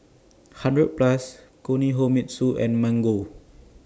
hundred Plus Kinohimitsu and Mango